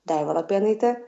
daiva lapėnaitė